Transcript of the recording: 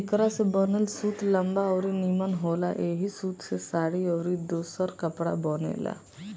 एकरा से बनल सूत लंबा अउरी निमन होला ऐही सूत से साड़ी अउरी दोसर कपड़ा बनेला